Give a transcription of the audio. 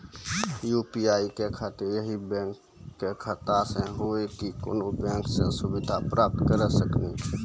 UPI के खातिर यही बैंक के खाता से हुई की कोनो बैंक से सुविधा प्राप्त करऽ सकनी?